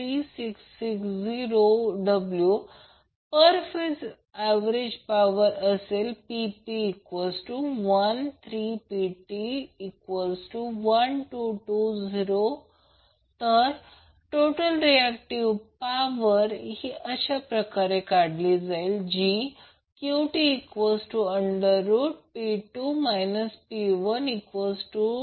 PTP1P23660W पर phase average power असेल PP13PT1220W total reactive power ही अशा प्रकारे काढली जाईल QT3935